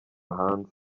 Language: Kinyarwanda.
hanze